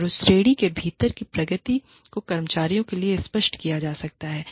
और उस श्रेणी के भीतर की प्रगति को कर्मचारियों के लिए स्पष्ट किया जा सकता है